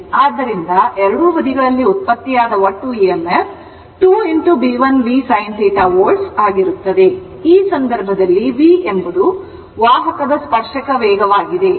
ಆದ್ದರಿಂದ ಎರಡು ಬದಿಗಳಲ್ಲಿ ಉತ್ಪತ್ತಿಯಾದ ಒಟ್ಟು emf 2 Bl v sin θ volt ಆಗಿರುತ್ತದೆ ಆದ್ದರಿಂದ ಈ ಸಂದರ್ಭದಲ್ಲಿ v ಎಂಬುದು ವಾಹಕದ ಸ್ಪರ್ಶಕ ವೇಗವಾಗಿದೆ